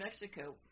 Mexico